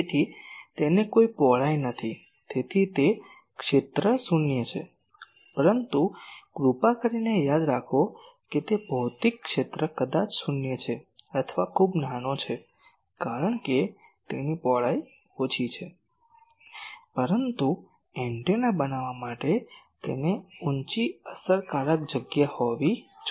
તેથી તેની કોઈ પહોળાઈ નથી તેથી તે ક્ષેત્ર શૂન્ય છે પરંતુ કૃપા કરીને યાદ રાખો કે તે ભૌતિક ક્ષેત્ર કદાચ શૂન્ય છે અથવા ખૂબ નાનો છે કારણ કે તેની પહોળાઈ ઓછી છે પરંતુ એન્ટેના બનવા માટે તેની ઉંચી અસરકારક જગ્યા હોવી જોઈએ